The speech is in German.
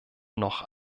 noch